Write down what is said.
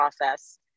process